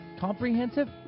comprehensive